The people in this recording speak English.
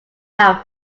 towel